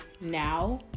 now